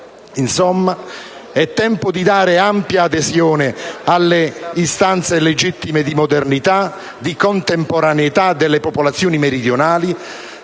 Insomma, è tempo di dare ampia adesione alle istanze legittime di modernità, di contemporaneità delle popolazioni meridionali,